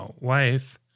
wife